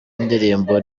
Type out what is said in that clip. indirimbo